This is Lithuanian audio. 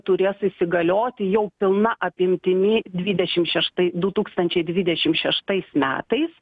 turės įsigalioti jau pilna apimtimi dvidešim šeštai du tūkstančiai dvidešim šeštais metais